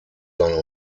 seiner